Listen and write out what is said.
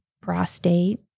prostate